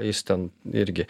jis ten irgi